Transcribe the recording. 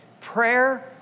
prayer